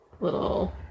little